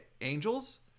Angels